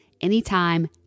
anytime